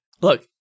Look